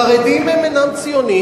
החרדים אינם ציונים,